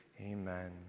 Amen